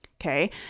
okay